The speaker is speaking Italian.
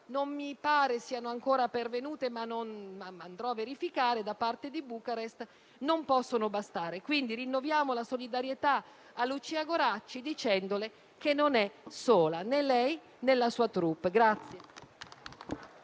non mi pare siano ancora pervenute - andrò a verificare - da parte di Bucarest, non possono bastare. Rinnoviamo la solidarietà a Lucia Goracci dicendole che non è sola, né lei né la sua *troupe*.